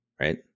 Right